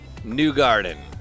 Newgarden